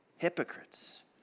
hypocrites